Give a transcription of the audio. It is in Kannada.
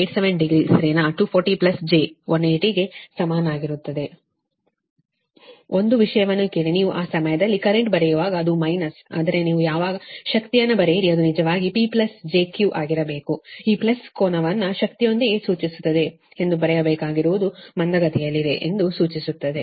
87 ಡಿಗ್ರಿ ಸರಿನಾ 240 j 180 ಗೆ ಸಮಾನವಾಗಿರುತ್ತದೆ ಒಂದು ವಿಷಯವನ್ನು ಕೇಳಿ ನೀವು ಆ ಸಮಯದಲ್ಲಿ ಕರೆಂಟ್ ಬರೆಯುವಾಗ ಅದು ಮೈನಸ್ ಆದರೆ ನೀವು ಯಾವಾಗ ಶಕ್ತಿಯನ್ನು ಬರೆಯಿರಿ ಅದು ನಿಜವಾಗಿ ಇದು P j Q ಆಗಿರಬೇಕು ಈ ಪ್ಲಸ್ ಕೋನವನ್ನು ಶಕ್ತಿಯೊಂದಿಗೆ ಸೂಚಿಸುತ್ತದೆ ಎಂದು ಬರೆಯಬೇಕಾಗಿರುವುದು ಮಂದಗತಿಯಲ್ಲಿದೆ ಎಂದು ಸೂಚಿಸುತ್ತದೆ